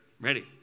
Ready